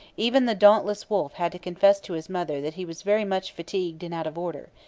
even the dauntless wolfe had to confess to his mother that he was very much fatigued and out of order.